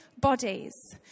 bodies